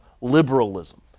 liberalism